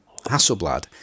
Hasselblad